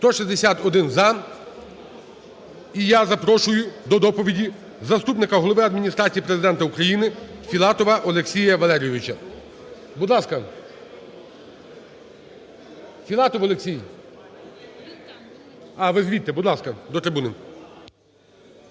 За-161 І я запрошую до доповіді заступника Глави Адміністрації Президента України Філатова Олексія Валерійовича. Будь ласка. Філатов Олексій… А, ви звідти, будь ласка, до трибуни.